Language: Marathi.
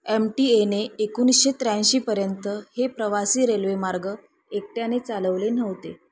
एम टी एने एकोणीसशे त्र्याऐंशीपर्यंत हे प्रवासी रेल्वेमार्ग एकट्याने चालवले नव्हते